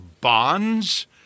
bonds